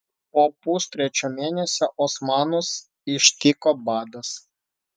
po pustrečio mėnesio osmanus ištiko badas